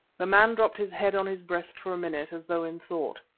the man dropped his head on his breast for a minute as though in thought.